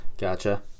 Gotcha